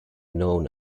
known